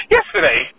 Yesterday